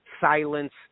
silence